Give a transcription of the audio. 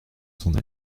son